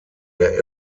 der